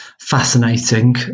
fascinating